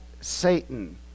Satan